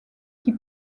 qui